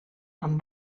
amb